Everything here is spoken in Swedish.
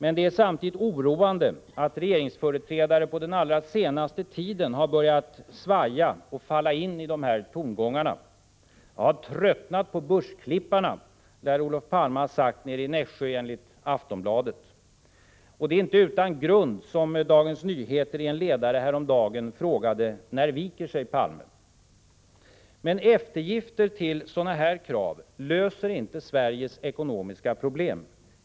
Men det är samtidigt oroande att regeringsföreträdare på den allra senaste tiden har börjat svaja och falla in i dessa tongångar. Jag har tröttnat på börsklipparna, lär Olof Palme enligt Aftonbladet ha sagt nere i Nässjö. Det är inte utan grund som Dagens Nyheter i en ledare häromdagen frågade: När viker sig Palme? Men eftergifter till sådana här krav löser inte Sveriges ekonomiska problem.